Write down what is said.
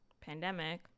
pandemic